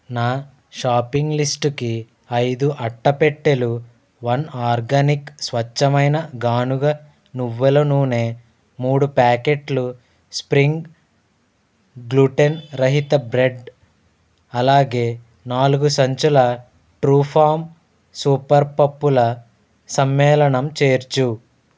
నా షాపింగ్ లిస్ట్కి ఐదు అట్టపెట్టెలు వన్ ఆర్గానిక్ స్వచ్ఛమైన గానుగ నువ్వుల నూనె మూడు ప్యాకెట్లు స్ప్రింగ్ గ్లూటెన్ రహిత బ్రెడ్ అలాగే నాలుగు సంచులు ట్రూఫార్మ్ సూపర్ పప్పుల సమ్మేళనం చేర్చు